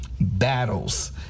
battles